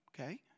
okay